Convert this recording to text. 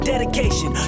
Dedication